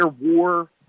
war